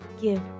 give